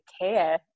care